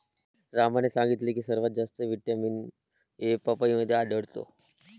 रामने सांगितले की सर्वात जास्त व्हिटॅमिन ए पपईमध्ये आढळतो